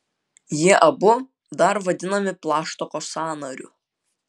jie abu dar vadinami plaštakos sąnariu